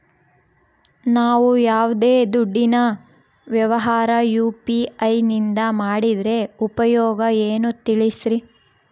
ನಾವು ಯಾವ್ದೇ ದುಡ್ಡಿನ ವ್ಯವಹಾರ ಯು.ಪಿ.ಐ ನಿಂದ ಮಾಡಿದ್ರೆ ಉಪಯೋಗ ಏನು ತಿಳಿಸ್ರಿ?